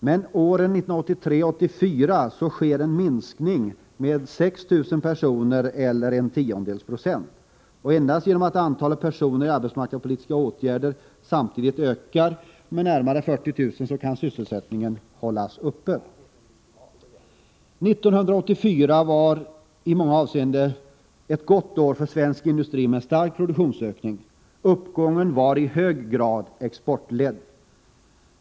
Men åren 1983-1984 skedde en minskning med 6 000 personer eller 0,1 96. Endast genom att antalet personer i arbetsmarknadspolitiska åtgärder samtidigt ökade med närmare 40 000 personer kunde sysselsättningen hållas uppe. 1984 var i många avseenden ett gott år för svensk industri, med en stark produktionsökning. Uppgången var i hög grad exportledd.